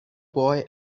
boy